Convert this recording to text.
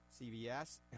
CVS